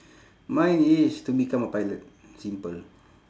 mine is to become a pilot simple